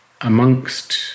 amongst